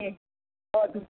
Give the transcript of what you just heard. ए हजुर